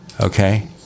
Okay